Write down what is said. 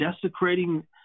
desecrating